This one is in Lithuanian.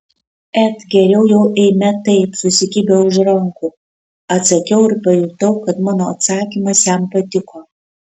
et geriau jau eime taip susikibę už rankų atsakiau ir pajutau kad mano atsakymas jam patiko